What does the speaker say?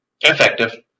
Effective